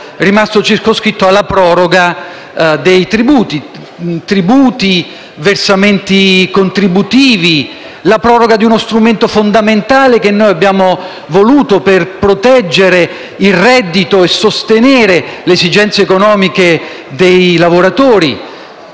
dei tributi - alla proroga dei termini relativi ai tributi e ai versamenti contributivi, alla proroga di uno strumento fondamentale che abbiamo voluto per proteggere il reddito e sostenere le esigenze economiche dei lavoratori,